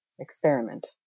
experiment